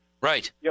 right